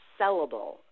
sellable